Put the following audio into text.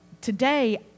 today